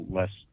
less